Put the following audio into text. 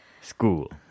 School